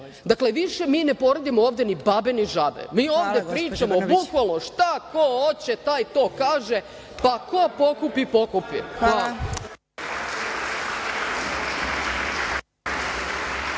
za šta. Više mi ne poredimo ovde ni babe, ni žabe. Mi ovde pričamo bukvalno šta ko hoće taj to kaže, pa ko pokupi, pokupi.